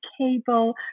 cable